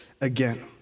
again